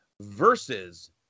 versus